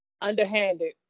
underhanded